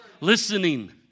Listening